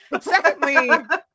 Secondly